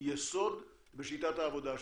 יסוד בשיטת העבודה שלהם.